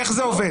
איך זה עובד?